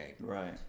Right